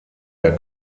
der